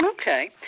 Okay